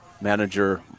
manager